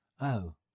Oh